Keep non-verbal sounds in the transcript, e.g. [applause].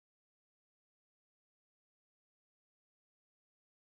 [unintelligible]